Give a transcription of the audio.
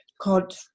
called